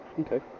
okay